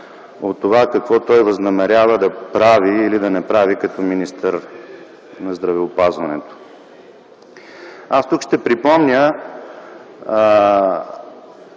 от това какво възнамерява да прави или да не прави като министър на здравеопазването. Тук ще припомня